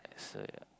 so yeah